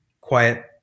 quiet